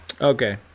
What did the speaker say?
Okay